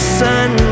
sun